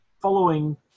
following